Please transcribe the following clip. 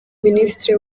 minisitiri